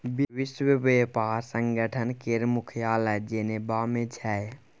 विश्व बेपार संगठन केर मुख्यालय जेनेबा मे छै